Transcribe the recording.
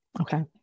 okay